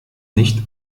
nicht